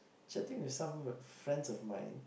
chatting with some friends of mine